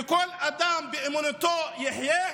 וכל אדם באמונתו יחיה.